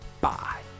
Bye